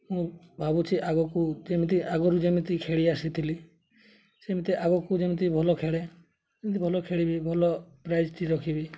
ମୁଁ ଭାବୁଛି ଆଗକୁ ଯେମିତି ଆଗରୁ ଯେମିତି ଖେଳି ଆସିଥିଲି ସେମିତି ଆଗକୁ ଯେମିତି ଭଲ ଖେଳେ ଯେମିତି ଭଲ ଖେଳିବି ଭଲ ପ୍ରାଇଜ୍ଟି ରଖିବି